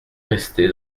restée